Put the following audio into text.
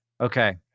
Okay